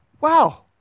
wow